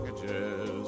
packages